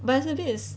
but it's a bit